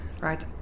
right